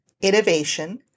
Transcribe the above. innovation